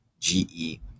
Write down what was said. GE